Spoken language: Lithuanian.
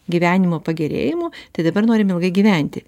gyvenimo pagerėjimų tai dabar norim ilgai gyventi